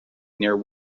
near